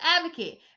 advocate